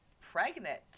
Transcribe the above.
pregnant